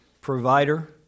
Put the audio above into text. provider